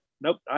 Nope